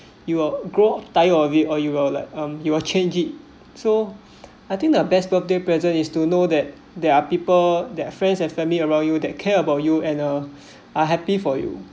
you will grow tired of it or you will like um you will change it so I think the best birthday present is to know that there are people there are friends and family around you that care about you and uh are happy for you